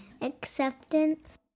acceptance